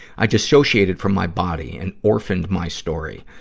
i dissociated from my body and orphaned my story.